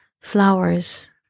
flowers